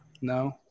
No